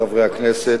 חברי הכנסת,